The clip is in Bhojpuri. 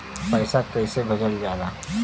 पैसा कैसे भेजल जाला?